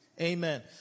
Amen